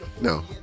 No